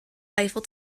eiffel